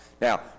Now